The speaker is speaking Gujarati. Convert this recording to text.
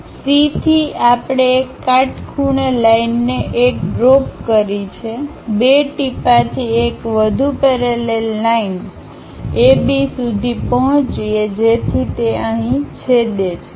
તેથી C થી આપણે એક કાટખૂણે લાઈનને 1 ડ્રોપ કરી છે 2 ટીપાંથી એક વધુ પેરેલલ લાઈનA B સુધી પહોંચીએ જેથી તે અહીં છેદે છે